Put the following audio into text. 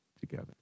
together